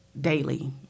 daily